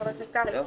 חבר הכנסת קרעי,